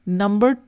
number